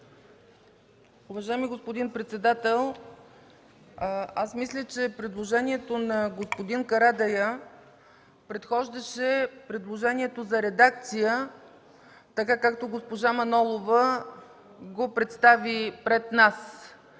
Уважаеми господин председател, мисля, че предложението на господин Карадайъ предхождаше предложението за редакция, както госпожа Манолова го представи пред нас.